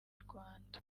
rwanda